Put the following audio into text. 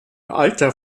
alter